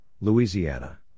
Louisiana